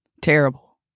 terrible